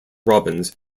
robbins